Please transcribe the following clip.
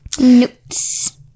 Notes